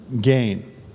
gain